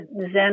Zen